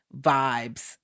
vibes